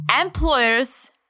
employers